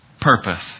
purpose